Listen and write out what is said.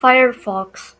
firefox